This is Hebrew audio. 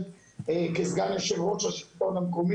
כסגן יושב ראש השלטון המקומי,